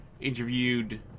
interviewed